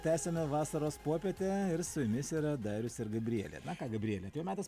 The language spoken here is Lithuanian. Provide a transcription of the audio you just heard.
tęsiame vasaros puopietę ir su jumis yra darius ir gabrielė na ką gabriele atėjo metas